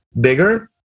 bigger